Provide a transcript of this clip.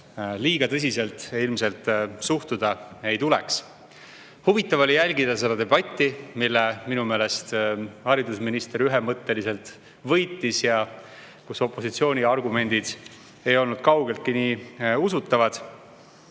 väga tõsiselt ilmselt suhtuda ei tuleks. Huvitav oli jälgida seda debatti, mille minu meelest haridusminister ühemõtteliselt võitis ja kus opositsiooni argumendid ei olnud kaugeltki usutavad.